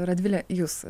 radvile jūs